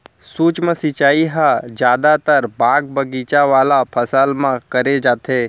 सूक्ष्म सिंचई ह जादातर बाग बगीचा वाला फसल म करे जाथे